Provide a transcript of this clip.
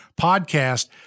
podcast